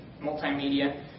multimedia